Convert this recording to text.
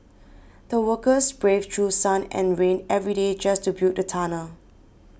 the workers braved through sun and rain every day just to build the tunnel